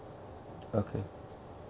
okay